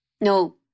No